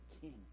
king